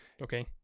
okay